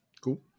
Cool